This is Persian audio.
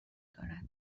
دارد